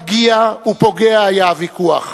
פגיע ופוגע היה הוויכוח